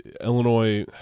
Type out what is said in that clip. Illinois